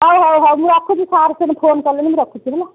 ହେଉ ହେଉ ହେଉ ମୁଁ ରଖୁଛି ସାର୍ ଫୁଣି ଫୋନ୍ କଲେଣି ମୁଁ ରଖୁଛି ହେଲା